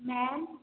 ma'am